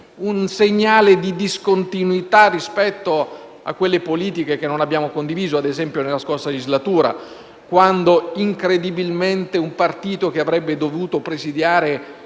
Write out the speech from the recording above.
un segnale di discontinuità rispetto a quelle politiche che non abbiamo condiviso - come, ad esempio, nella scorsa legislatura - quando incredibilmente un partito che avrebbe dovuto presidiare